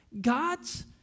God's